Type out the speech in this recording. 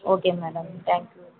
okay madam thank you